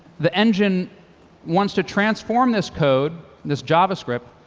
the engine wants to transform this code, this javascript,